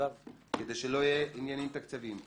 כדי שלא יהיו עניינים תקציביים.